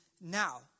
now